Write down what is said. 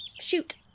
Shoot